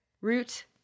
Root